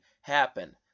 happen